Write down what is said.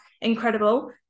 incredible